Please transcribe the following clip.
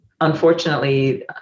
unfortunately